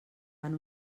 van